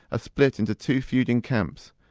ah split into two feuding camps,